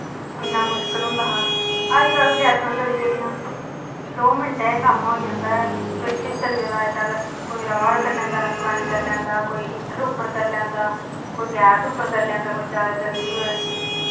इन्ना मुश्कल होंदा हा अजकल्ल गैसां चली पेदियां दो मिंटें कम्म होई जंदा ऐ किश किश चली पेदा अजकल्ल कोई राड कन्नै गर्म पानी कर लैंदा कोई हीटर उप्पर करी लैंदा कोई गैस उप्पर करी लैंदा कोई जैदा जल्दी होऐ